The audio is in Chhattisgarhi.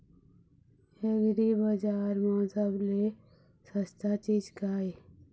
एग्रीबजार म सबले सस्ता चीज का ये?